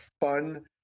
fun